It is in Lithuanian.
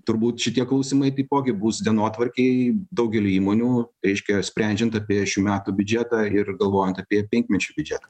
turbūt šitie klausimai taipogi bus dienotvarkėj daugeliui įmonių reiškia sprendžiant apie šių metų biudžetą ir galvojant apie penkmečio biudžetą